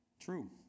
True